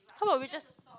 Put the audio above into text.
how about we just